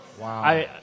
Wow